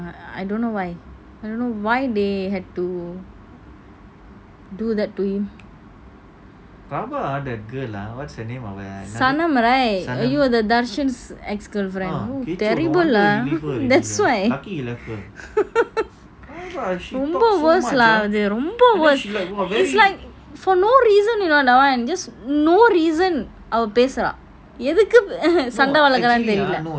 I don't know why I don't know why they that to do that to him Sanam right the ஐயோ Dharshan dharshan ex girlfriend oh terrible ah that's why ரொம்ப:romba worse lah ரொம்ப:romba worse is like for no reason you know that [one] and just no reason அவ பேசுற எனக்கு அவ சண்டை வழகுரானு தெரில:ava peasura yeathuku ava sanda valakuranu terila